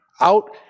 Out